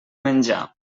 menjar